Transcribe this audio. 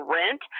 rent